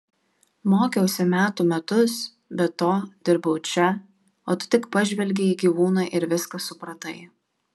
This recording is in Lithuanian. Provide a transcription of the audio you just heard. mokiausi metų metus be to dirbau čia o tu tik pažvelgei į gyvūną ir viską supratai